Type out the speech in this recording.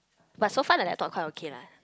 but so far my laptop quite okay lah